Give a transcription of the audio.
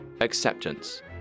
acceptance